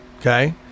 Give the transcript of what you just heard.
Okay